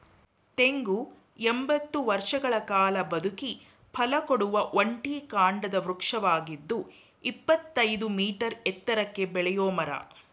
ತೆಂಗು ಎಂಬತ್ತು ವರ್ಷಗಳ ಕಾಲ ಬದುಕಿ ಫಲಕೊಡುವ ಒಂಟಿ ಕಾಂಡದ ವೃಕ್ಷವಾಗಿದ್ದು ಇಪ್ಪತ್ತಯ್ದು ಮೀಟರ್ ಎತ್ತರಕ್ಕೆ ಬೆಳೆಯೋ ಮರ